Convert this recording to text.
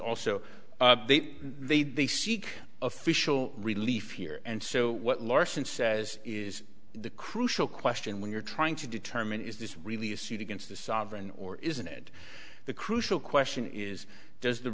also they they seek official relief here and so what larsen says is the crucial question when you're trying to determine is this really a suit against the sovereign or isn't it the crucial question is does the